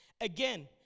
Again